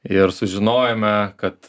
ir sužinojome kad